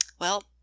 Well